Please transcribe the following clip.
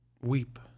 weep